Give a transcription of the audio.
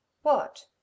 What